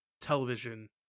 television